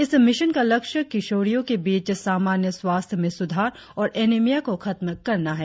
इस मिशन का लक्ष्य किशोरियो के बीच सामान्य स्वास्थ्य में सुधार और एनीमिया को खत्म करना है